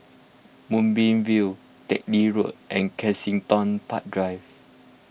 Moonbeam View Teck Lim Road and Kensington Park Drive